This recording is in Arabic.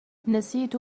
نسيت